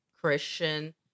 christian